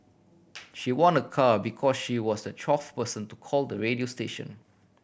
she won a car because she was the twelfth person to call the radio station